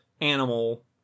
animal